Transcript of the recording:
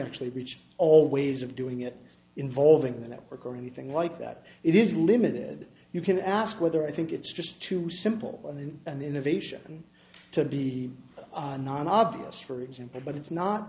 actually breach all ways of doing it involving the network or anything like that it is limited you can ask whether i think it's just too simple and then an innovation to be non obvious for example but it's not